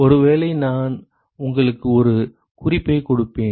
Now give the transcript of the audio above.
ஒருவேளை நான் உங்களுக்கு ஒரு குறிப்பைக் கொடுப்பேன்